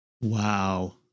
Wow